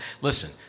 Listen